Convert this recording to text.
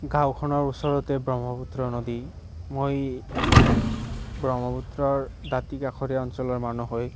গাঁওখনৰ ওচৰতে ব্ৰহ্মপুত্ৰ নদী মই এজন ব্ৰহ্মপুত্ৰৰ দাঁতিকাষৰীয়া অঞ্চলৰ মানুহ হয়